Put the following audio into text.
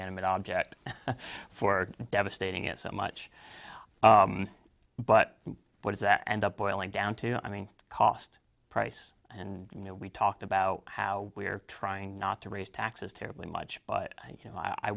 inanimate object for devastating it so much but what is that and the boiling down to i mean cost price and you know we talked about how we are trying not to raise taxes terribly much but